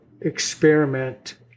experiment